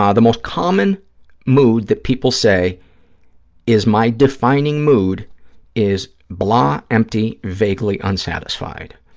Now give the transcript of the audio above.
um the most common mood that people say is my defining mood is, blah empty vaguely unsatisfied.